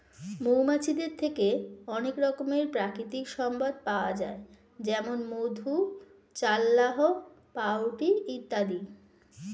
মৌমাছিদের থেকে অনেক রকমের প্রাকৃতিক সম্পদ পাওয়া যায় যেমন মধু, চাল্লাহ্ পাউরুটি ইত্যাদি